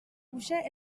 cuixa